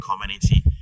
community